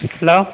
hello